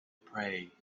pray